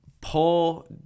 pull